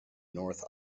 north